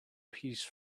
piece